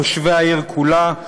לתושבי העיר כולה.